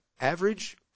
average